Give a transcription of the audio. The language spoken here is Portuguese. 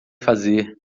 fazer